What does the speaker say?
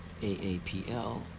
AAPL